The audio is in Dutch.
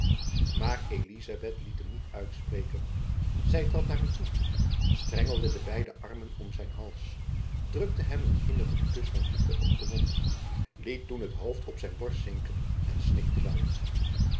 elizabeth liet hem niet uitspreken zy trad naar hem toe strengelde de beide armen om zijn hals drukte hem een innigen kus van liefde op den mond liet toen het hoofd op zijn borst zinken en snikte luid